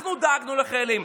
אנחנו דאגנו לחיילים.